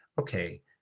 okay